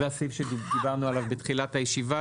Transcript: זה הסעיף שדיברנו עליו בתחילת הישיבה,